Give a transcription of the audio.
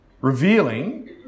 revealing